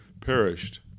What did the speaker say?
perished